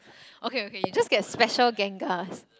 okay okay you just get special gengars